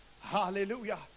Hallelujah